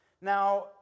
Now